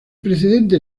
precedente